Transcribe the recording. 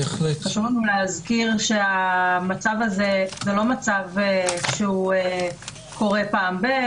חשוב לנו להזכיר שהמצב הזה זה לא מצב שקורה פעם ב,